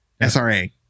SRA